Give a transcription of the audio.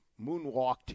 moonwalked